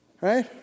Right